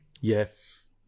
Yes